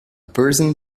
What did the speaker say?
person